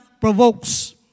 provokes